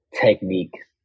techniques